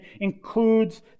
includes